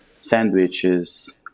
sandwiches